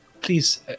Please